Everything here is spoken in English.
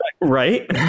Right